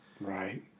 Right